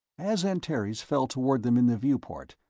as antares fell toward them in the viewport,